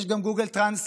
יש גם google translate,